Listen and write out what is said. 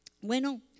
bueno